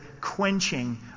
quenching